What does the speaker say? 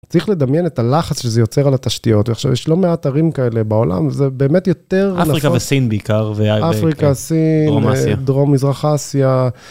צריך לדמיין את הלחץ שזה יוצר על התשתיות ועכשיו יש לא מעט ערים כאלה בעולם וזה באמת יותר. אפריקה וסין בעיקר. אפריקה, סין, דרום מזרח אסיה.